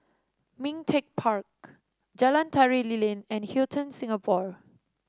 Ming Teck Park Jalan Tari Lilin and Hilton Singapore